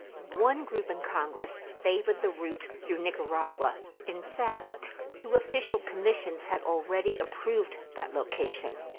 one group in congress favored the route through nicaragua in fact, two official commissions had already approved that location.